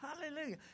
Hallelujah